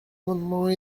amendements